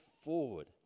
forward